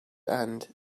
and